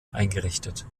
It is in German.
eingerichtet